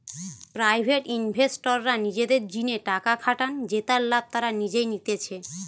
private ইনভেস্টররা নিজেদের জিনে টাকা খাটান জেতার লাভ তারা নিজেই নিতেছে